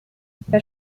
wer